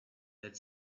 that